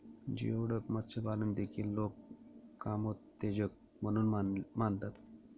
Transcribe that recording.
geoduck मत्स्यपालन देखील लोक कामोत्तेजक म्हणून मानतात